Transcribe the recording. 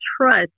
trust